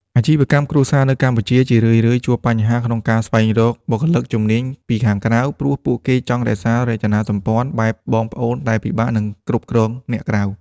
អាជីវកម្មគ្រួសារនៅកម្ពុជាជារឿយៗជួបបញ្ហាក្នុងការស្វែងរកបុគ្គលិកជំនាញពីខាងក្រៅ ព្រោះពួកគេចង់រក្សារចនាសម្ព័ន្ធបែបបងប្អូនដែលពិបាកនឹងគ្រប់គ្រងអ្នកក្រៅ។